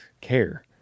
care